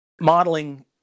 Modeling